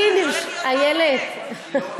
זה הולך להיות אחלה פרויקט.